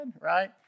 right